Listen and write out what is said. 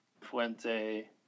Fuente